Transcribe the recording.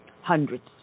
Hundreds